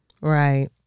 Right